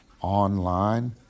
online